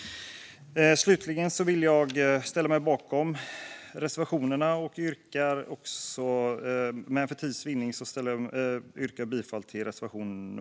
Jag står bakom våra reservationer men yrkar för tids vinning bifall endast till reservation 7.